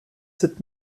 sept